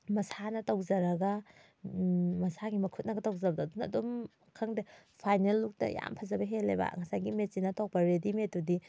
ꯃꯁꯥꯅ ꯇꯧꯖꯔꯒ ꯃꯁꯥꯒꯤ ꯃꯈꯨꯠꯅꯒ ꯇꯧꯖꯕꯗꯣ ꯑꯗꯨꯅ ꯑꯗꯨꯝ ꯈꯪꯗꯦ ꯐꯥꯏꯅꯦꯜ ꯂꯨꯛꯇ ꯌꯥꯝ ꯐꯖꯕ ꯍꯦꯜꯂꯦꯕ ꯉꯁꯥꯏꯒꯤ ꯃꯦꯆꯤꯟꯅ ꯇꯧꯔꯛꯄ ꯔꯦꯗꯤꯃꯦꯗꯇꯨꯗꯤ